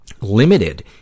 limited